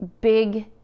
big